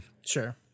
Sure